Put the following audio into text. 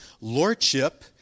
lordship